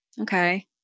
Okay